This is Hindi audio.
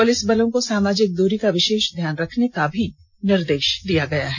पुलिस बलों को सामाजिक दूरी का विशेष ध्यान रखने का निर्देश दिया गया है